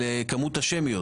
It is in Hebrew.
כמות השמיות.